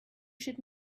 should